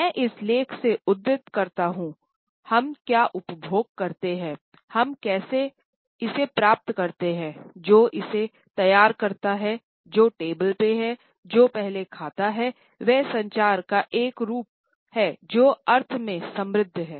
मैं इस लेख से उद्धृत करता हूं हम क्या उपभोग करते हैं हम इसे कैसे प्राप्त करते हैं जो इसे तैयार करता है जो टेबल पर है जो पहले खाता है वह संचार का एक रूप है जो अर्थ में समृद्ध है